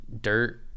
dirt